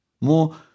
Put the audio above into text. more